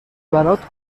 برات